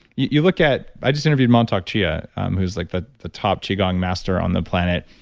you look at. i just interviewed mantak chia who's like the the top qi gong master on the planet,